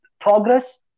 progress